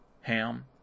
Ham